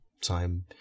time